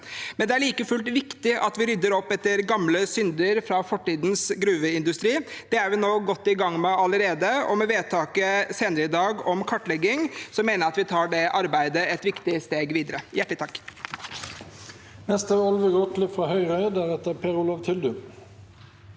Det er like fullt viktig at vi rydder opp etter gamle synder fra fortidens gruveindustri. Det er vi godt i gang med allerede, og med vedtaket senere i dag om kartlegging mener jeg at vi tar det arbeidet et viktig steg videre. Olve Grotle